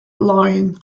line